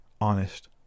honest